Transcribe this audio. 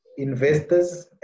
investors